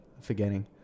Forgetting